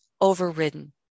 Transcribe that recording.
overridden